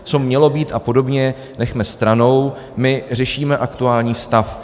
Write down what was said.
Co mělo být a podobně nechme stranou, my řešíme aktuální stav.